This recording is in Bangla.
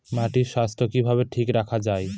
মাটির স্বাস্থ্য কিভাবে ঠিক রাখা যায়?